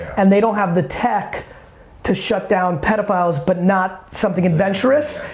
and they don't have the tech to shut down pedophiles but not something adventurous,